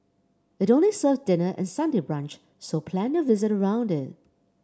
it only serves dinner and Sunday brunch so plan your visit around it